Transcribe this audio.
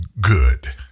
good